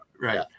right